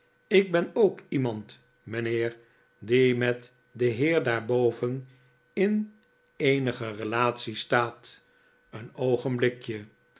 ik ben ook iemand mijnheer die met den heer daarboven in eenige relatie staat een oogenblikje